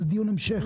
זה דיון המשך.